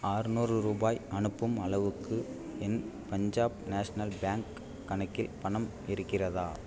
அறுநூறு ரூபாய் அனுப்பும் அளவுக்கு என் பஞ்சாப் நேஷ்னல் பேங்க் கணக்கில் பணம் இருக்கிறதா